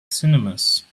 cinemas